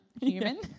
human